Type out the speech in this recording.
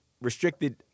restricted